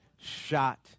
shot